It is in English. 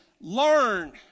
learn